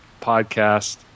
podcast